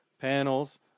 panels